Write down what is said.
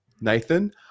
nathan